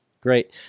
Great